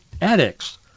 addicts